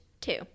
two